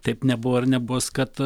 taip nebuvo ir nebus kad